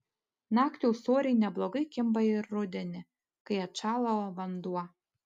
naktį ūsoriai neblogai kimba ir rudenį kai atšąla vanduo